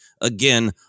Again